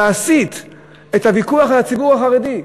להסיט את הוויכוח לציבור החרדי.